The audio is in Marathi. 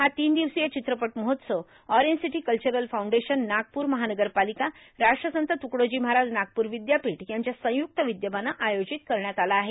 हा तीन दिवसीय चित्रपट महोत्सव orange city cultural foundation Nagpur महानगरपालिका राष्ट्रसंत तुकडोजी महाराज नागपूर विद्यापीठ यांच्या संयुक्त विद्यमानं आयोजित करण्यात आला आहे